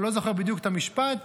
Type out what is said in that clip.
לא זוכר בדיוק את המשפט,